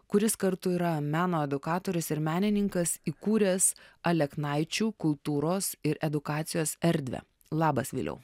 kuris kartu yra meno edukatorius ir menininkas įkūręs aleknaičių kultūros ir edukacijos erdvę labas viliau